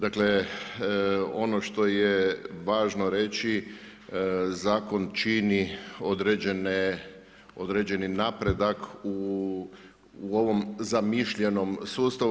Dakle ono što je važno reći zakon čini određeni napredak u ovom zamišljenom sustavu.